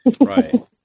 Right